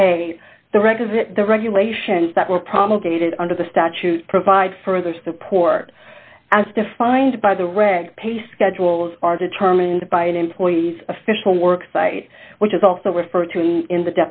pay the rent visit the regulations that were promulgated under the statute provide further support as defined by the reg pay schedules are determined by an employee's official work site which is also referred to in the